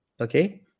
okay